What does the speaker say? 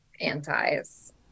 antis